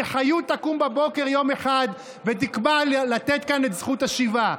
שחיות תקום בבוקר יום אחד ותקבע לתת כאן את זכות השיבה?